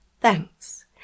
thanks